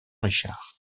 richard